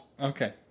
okay